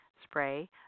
Spray